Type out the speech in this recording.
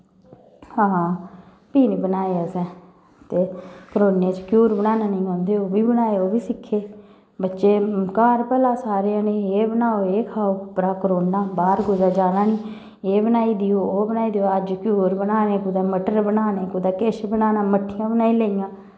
हां फ्ही निं बनाए असें ते करोने च क्यूर बनाना निं औंदे हे ओह् बी बनाए ओह् बी सिक्खे बच्चे घर भला सारे जनें एह् बनाओ एह् खाओ उप्परा करोना बाह्र कुदै जाना निं एह् बनाई देओ ओह् बनाई देओ अज्ज क्यूर बनाने कुदै मटर बनाने कुदै किश बनाना मट्ठियां बनाई लेइयां